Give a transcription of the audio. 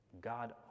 God